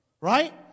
Right